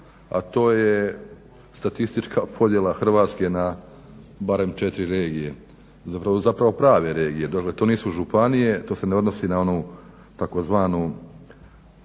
a to je statistička podjela Hrvatske na barem 4 regije, zapravo prave regije. Dakle, to nisu županije, to se ne odnosi na onu tzv.